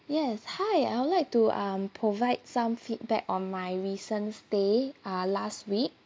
yes hi I would like to um provide some feedback on my recent stay uh last week